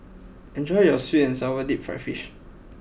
enjoy your Sweet and Sour Deep Fried Fish